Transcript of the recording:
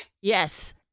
Yes